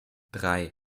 drei